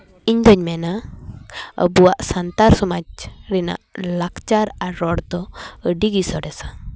ᱤᱧᱫᱚᱧ ᱢᱮᱱᱟ ᱟᱵᱚᱣᱟᱜ ᱥᱟᱱᱛᱟᱲ ᱥᱚᱢᱟᱡᱽ ᱨᱮᱱᱟᱜ ᱞᱟᱠᱪᱟᱨ ᱟᱨ ᱨᱚᱲ ᱫᱚ ᱟᱹᱰᱤᱜᱮ ᱥᱚᱨᱮᱥᱟ